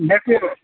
देखियौ